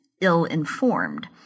ill-informed